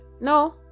no